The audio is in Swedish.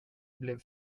blev